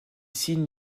signe